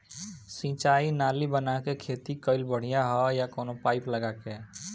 सिंचाई नाली बना के खेती कईल बढ़िया ह या कवनो पाइप लगा के?